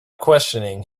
questioning